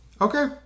okay